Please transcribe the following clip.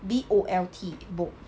B O L T bolt